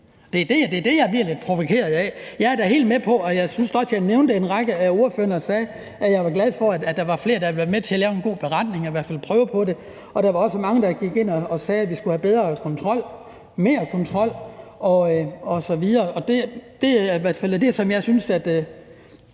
Det er det, jeg bliver lidt provokeret af. Jeg er da helt med på, og jeg synes da også, jeg nævnte en række af ordførerne og sagde, at jeg var glad for, at der er flere, der vil være med til at lave en god beretning, i hvert fald prøve på det, og at der også var mange, der gik ind og sagde, at vi skulle have bedre kontrol og mere kontrol osv. Det er i hvert fald det, som jeg synes er